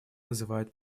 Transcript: называют